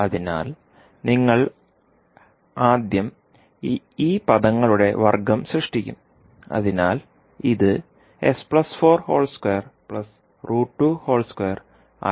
അതിനാൽ നിങ്ങൾ ആദ്യം ഈ പദങ്ങളുടെ വർഗ്ഗം സൃഷ്ടിക്കും അതിനാൽ ഇത് ആയി മാറും